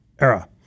Era